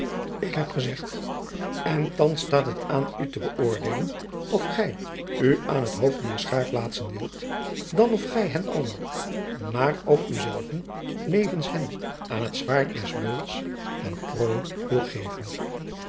ik heb gezegd en thands staat het aan u te bëoordeelen of gij u aan t hoofd dier schaar plaatsen wilt dan of gij hen allen maar ook uzelven nevens hen aan het zwaard des beuls ten prooi wilt geven